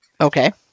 Okay